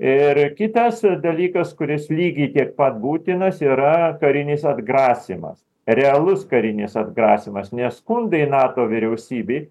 ir kitas dalykas kuris lygiai tiek pat būtinas yra karinis atgrasymas realus karinis atgrasymas nes skundai nato vyriausybei